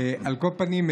על כל פנים,